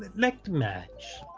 next match